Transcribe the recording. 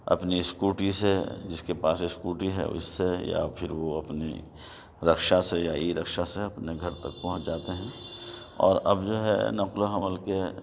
اپنی اسکوٹی سے جس کے پاس اسکوٹی ہے اس سے یا پھر وہ اپنی رکشہ سے یا ای رکشہ سے اپنے گھر تک پہنچ جاتے ہیں اور اب جو ہے نقل و حمل کے